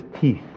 teeth